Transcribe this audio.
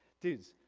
dudes,